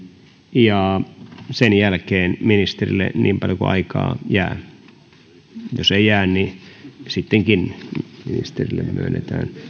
ja sen jälkeen ministerille niin paljon kuin aikaa jää jos ei jää niin sittenkin ministerille myönnetään